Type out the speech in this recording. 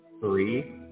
three